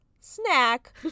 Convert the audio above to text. snack